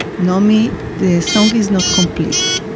naomi, the song is not complete.